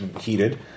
heated